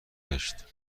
گشت